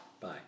Bye